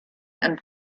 and